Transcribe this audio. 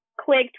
clicked